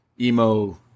emo